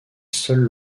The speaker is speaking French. seule